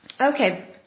Okay